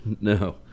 No